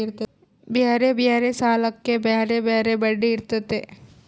ಬ್ಯಾರೆ ಬ್ಯಾರೆ ಸಾಲಕ್ಕ ಬ್ಯಾರೆ ಬ್ಯಾರೆ ಬಡ್ಡಿ ಇರ್ತತೆ